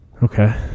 Okay